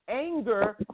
anger